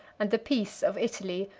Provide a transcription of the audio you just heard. and the peace of italy,